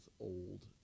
old